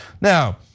Now